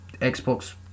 Xbox